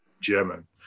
german